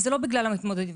זה לא בגלל המתמודדים,